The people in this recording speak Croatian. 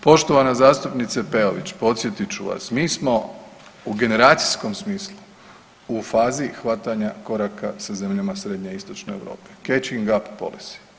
Poštovana zastupnice Peović, podsjetit ću vas mi smo u generacijskom smislu u fazi hvatanja koraka sa zemljama srednje i istočne Europe catching up policy.